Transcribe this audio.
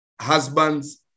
husbands